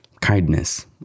kindness